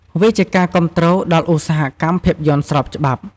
វាជាការគាំទ្រដល់ឧស្សាហកម្មភាពយន្តស្របច្បាប់។